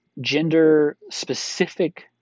gender-specific